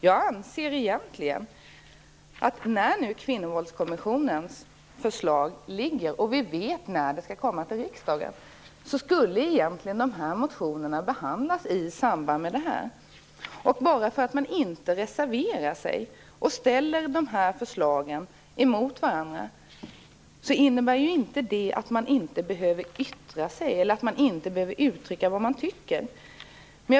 Jag anser egentligen att de här motionerna, när nu Kvinnovåldskomissionens förslag ligger framme, och vi vet när det skall komma till riksdagen, skulle behandlas i samband med detta. Bara för att man inte reserverar sig och ställer de här förslagen mot varandra, innebär ju inte det att man inte behöver yttra sig eller uttrycka vad man tycker.